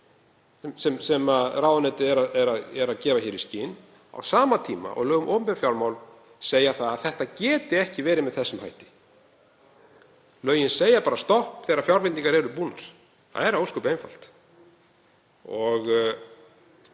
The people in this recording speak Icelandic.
sem ráðuneytið er að gefa í skyn, á sama tíma og lög um opinber fjármál segja að þetta geti ekki verið með þessum hætti. Lögin segja bara stopp þegar fjárveitingar eru búnar. Það er ósköp einfalt.